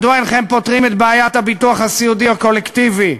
מדוע אינכם פותרים את בעיית הביטוח הסיעודי הקולקטיבי?